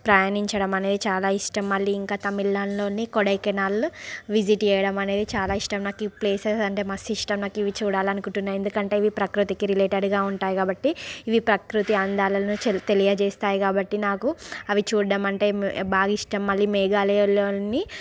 ప్రయాణిచడం అనేది చాలా ఇష్టం మళ్ళీ ఇంకా తమిళనాడులో కొడైకెనా విజిట్ చేయడం అనేది చాలా ఇష్టం నాకు ఈ ప్లేసెస్ అంటే మస్తు ఇష్టం నాకు ఇవి చూడాలని అకుంటున్నాను ఎందుకంటే ఇవి ప్రకృతికి రిలేటేడ్ గా ఉంటాయి కాబట్టి ఇవి ప్రకృతి అందాలను తెలియచేస్తాయి కాబట్టి నాకు అవి చూడడం అంటే బాగా ఇష్టం మళ్ళీ మేఘాలయాలోని